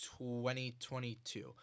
2022